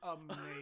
amazing